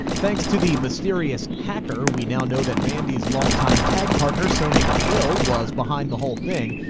thanks to the mysterious hacker, we now know that mandy's long time tag partner sonya deville was behind the whole thing.